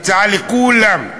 הצעה לכולם,